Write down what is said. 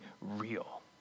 real